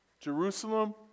Jerusalem